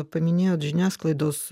paminėjot žiniasklaidos